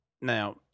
Now